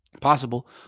possible